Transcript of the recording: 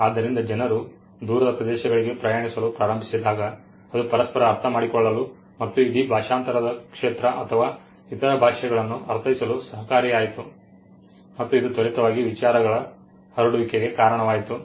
ಆದ್ದರಿಂದ ಜನರು ದೂರದ ಪ್ರದೇಶಗಳಿಗೆ ಪ್ರಯಾಣಿಸಲು ಪ್ರಾರಂಭಿಸಿದಾಗ ಅದು ಪರಸ್ಪರ ಅರ್ಥಮಾಡಿಕೊಳ್ಳಲು ಮತ್ತು ಇಡೀ ಭಾಷಾಂತರದ ಕ್ಷೇತ್ರ ಅಥವಾ ಇತರ ಭಾಷೆಗಳನ್ನು ಅರ್ಥೈಸಲು ಸಹಕಾರಿಯಾಯಿತು ಮತ್ತು ಇದು ತ್ವರಿತವಾಗಿ ವಿಚಾರಗಳ ಹರಡುವಿಕೆಗೆ ಕಾರಣವಾಯಿತು